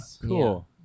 Cool